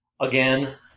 Again